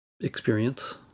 experience